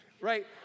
right